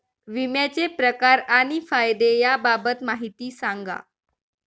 विम्याचे प्रकार आणि फायदे याबाबत माहिती सांगा